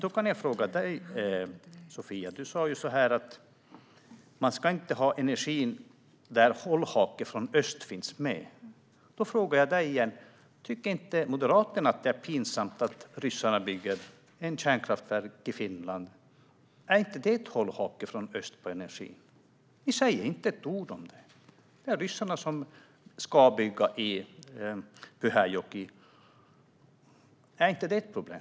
Jag har en fråga till Sofia Fölster: Du sa att man inte ska ha energi där en hållhake från öst finns med. Tycker inte Moderaterna att det är pinsamt att ryssarna bygger ett kärnkraftverk i Finland? Är inte det en hållhake från öst på energin? Ni säger inte ett ord om att ryssarna ska bygga i Pyhäjoki. Är inte det ett problem?